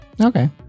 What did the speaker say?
Okay